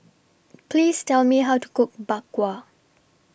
Please Tell Me How to Cook Bak Kwa